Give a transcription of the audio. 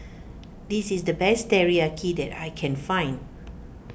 this is the best Teriyaki that I can find